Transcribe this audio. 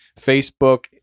Facebook